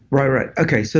right. right. okay. so